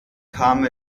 kam